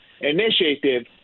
initiative